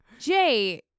Jay